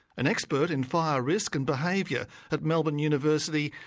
an expert in fire risk and behaviour at melbourne university,